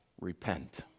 Repent